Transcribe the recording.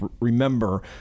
remember